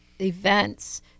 events